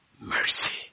Mercy